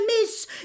miss